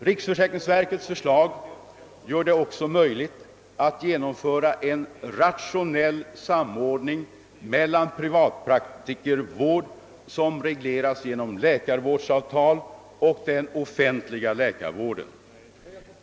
Riksförsäkringsverkets förslag gör det också möjligt att genomföra en rationell samordning mellan privatpraktikervård, som regleras genom läkarvårdsavtal, och den offentliga läkarvården.